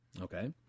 Okay